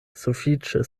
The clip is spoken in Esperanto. sufiĉe